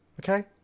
Okay